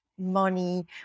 money